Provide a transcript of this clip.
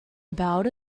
about